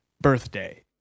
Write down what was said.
birthday